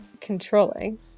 controlling